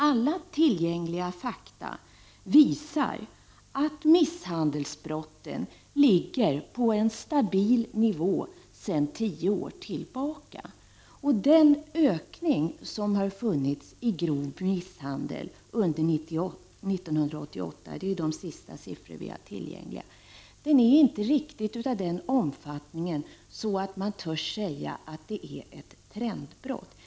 Alla tillgängliga fakta visar att misshandelsbrotten har legat på en stabil nivå sedan tio år tillbaka. Den ökning som har funnits i grov misshandel under 1988 — det är de senaste siffrorna vi har tillgängliga — är inte riktigt av den omfattningen att man törs säga att det är fråga om ett trendbrott.